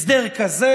הסדר כזה,